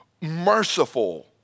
Merciful